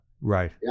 right